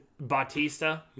Bautista